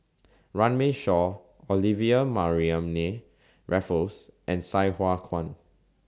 Runme Shaw Olivia Mariamne Raffles and Sai Hua Kuan